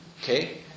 Okay